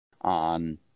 on